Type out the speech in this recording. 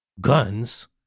guns